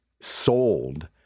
sold